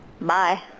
Bye